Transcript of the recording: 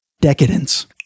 decadence